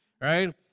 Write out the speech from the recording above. right